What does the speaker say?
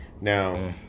Now